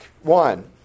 One